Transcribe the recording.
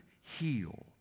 heal